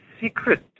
secret